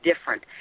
different